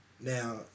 Now